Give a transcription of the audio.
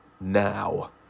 now